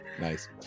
Nice